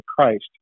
Christ